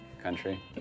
Country